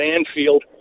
Anfield